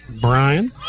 Brian